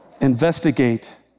Investigate